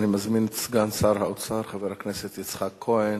אני מזמין את סגן שר האוצר, חבר הכנסת יצחק כהן,